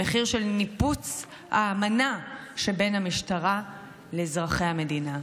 במחיר של ניפוץ האמנה שבין המשטרה לאזרחי המדינה.